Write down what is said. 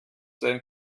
sein